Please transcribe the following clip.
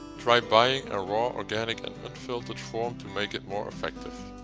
try buying a raw organic and unfiltered form to make it more effective.